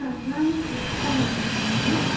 ಹಾಂ ನಾನು ನಿಖಿತಾ ಮಾತಾಡ್ತಿದ್ದೀನಿ